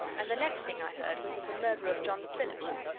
and the next thing i heard was of the murder of john phillips.